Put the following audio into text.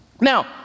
Now